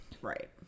right